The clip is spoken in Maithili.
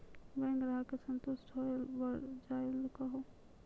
बैंक ग्राहक के संतुष्ट होयिल के बढ़ जायल कहो?